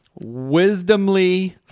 wisdomly